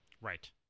Right